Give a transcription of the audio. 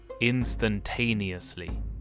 Instantaneously